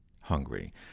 hungry